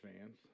fans